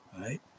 right